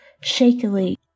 Shakily